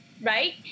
right